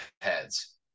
heads